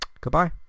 Goodbye